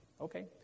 okay